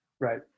right